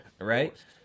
right